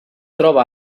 troba